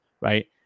Right